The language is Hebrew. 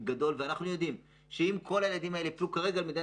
אנחנו יודעים שאם האחריות על הילדים בגיל זה תיפול על המדינה